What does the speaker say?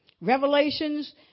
Revelations